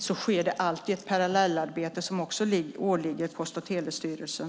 Det sker alltid ett parallellarbete som också åligger Post och telestyrelsen.